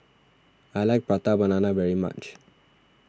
I like Prata Banana very much